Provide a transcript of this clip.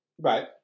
right